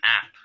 app